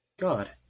God